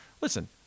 listen